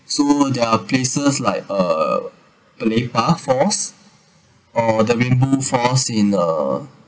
so there are places like uh pelepah falls or the rainbow falls in uh